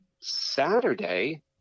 Saturday